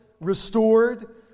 restored